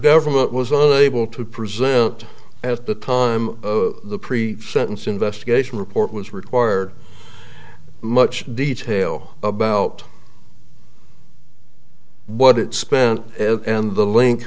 government was unable to present at the time of the sentence investigation report was required much detail about what it spent and the link